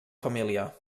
família